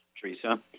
Teresa